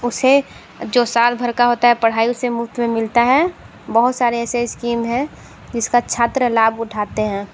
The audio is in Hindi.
उसे जो साल भर का होता है पढ़ाई उसे मुफ़्त में मिलता है बहुत सारे ऐसे इस्कीम हैं जिसका छात्र लाभ उठाते हैं